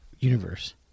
universe